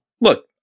Look